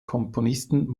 komponisten